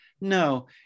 no